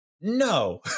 no